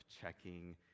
checking